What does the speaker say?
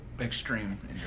Extreme